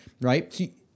right